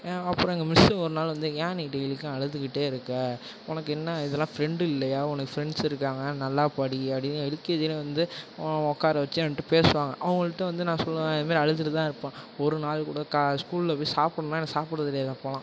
அப்புறம் எங்கள் மிஸ்ஸு ஒரு நாள் வந்து ஏன் நீ டெய்லிக்கும் அழுதுக்கிட்டே இருக்க உனக்கு என்ன இதலாம் ஃப்ரெண்டு இல்லையா உனக்கு ஃப்ரெண்ட்ஸ் இருக்காங்க நல்லா படி அப்படின்னு எல்கேஜியில வந்து உட்கார வச்சு என்கிட்ட பேசுவாங்க அவங்கள்ட்ட வந்து நான் சொல்லுவேன் இதுமாதிரி அழுதுகிட்டு தான் இருப்பேன் ஒரு நாள் கூட கா ஸ்கூலில் போய் சாப்பிட்ணும்னா எனக்கு சாப்பிட தெரியாது அப்போலாம்